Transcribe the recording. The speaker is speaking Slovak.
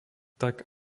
tak